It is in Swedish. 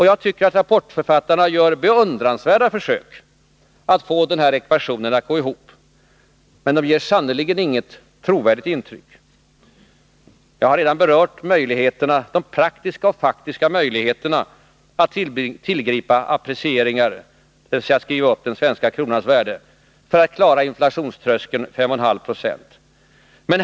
Jag tycker att rapportförfattarna gör 9” beundransvärda försök att få den ekvationen att gå ihop, men de ger sannerligen inte något trovärdigt intryck. Jag har redan berört de praktiska och faktiska möjligheterna att tillgripa apprecieringar, dvs. skriva upp den svenska kronans värde, för att klara inflationströskeln 5,5 26.